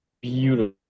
beautiful